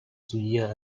судья